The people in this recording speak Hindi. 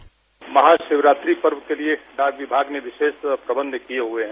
बाइट महाशिवरात्रि पर्व के लिए डाक विभाग ने विशेष प्रबंध किये हुए हैं